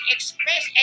Express